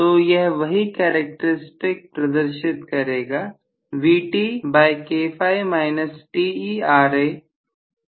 तो यह वही कैरेक्टर स्टिक प्रदर्शित करेगी